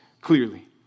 clearly